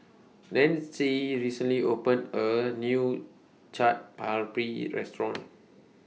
Nanci recently opened A New Chaat Papri Restaurant